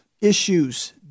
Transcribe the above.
issues